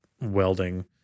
welding